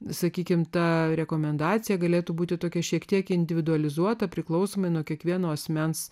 sakykime ta rekomendacija galėtų būti tokia šiek tiek individualizuota priklausomai nuo kiekvieno asmens